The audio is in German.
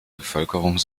bevölkerung